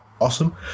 awesome